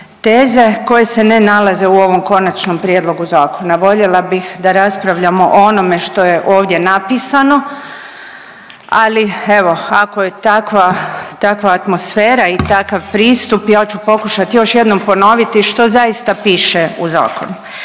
teze koje se ne nalaze u ovom Konačnom prijedlogu zakona. Voljela bih da raspravljamo o onome što je ovdje napisano, ali evo, ako je takva, takva atmosfera i takav pristup, ja ću pokušati još jednom ponoviti što zaista piše u zakonu.